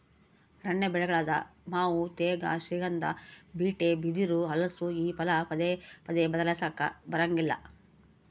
ಅರಣ್ಯ ಬೆಳೆಗಳಾದ ಮಾವು ತೇಗ, ಶ್ರೀಗಂಧ, ಬೀಟೆ, ಬಿದಿರು, ಹಲಸು ಈ ಫಲ ಪದೇ ಪದೇ ಬದ್ಲಾಯಿಸಾಕಾ ಬರಂಗಿಲ್ಲ